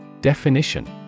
Definition